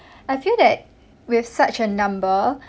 I feel that with such a number